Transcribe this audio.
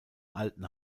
alten